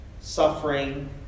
suffering